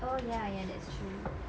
oh ya ya that's true